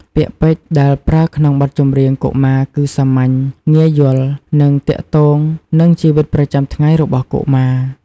ពាក្យពេចន៍ដែលប្រើក្នុងបទចម្រៀងកុមារ គឺសាមញ្ញ ងាយយល់ និងទាក់ទងនឹងជីវិតប្រចាំថ្ងៃរបស់កុមារ។